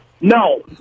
No